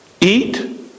eat